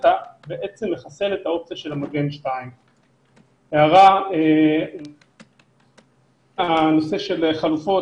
אתה בעצם מחסל את האופציה של מגן 2. הנושא של חלופות,